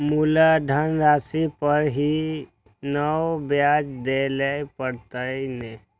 मुलधन राशि पर ही नै ब्याज दै लै परतें ने?